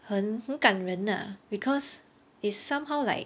很很感人 lah because it's somehow like